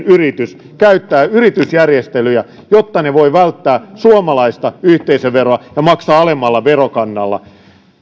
yritys käyttää yritysjärjestelyjä jotta se voi välttää suomalaista yhteisöveroa ja maksaa alemmalla verokannalla